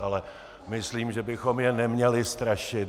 Ale myslím, že bychom je neměli strašit.